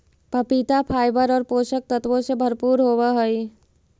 पपीता फाइबर और पोषक तत्वों से भरपूर होवअ हई